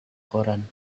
koran